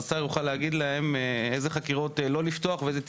השר יוכל להגיד להם איזה חקירה לא לפתוח ואיזה תיקים.